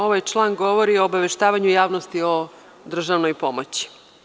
Ovaj član govori o obaveštavanju javnosti o državnoj pomoći.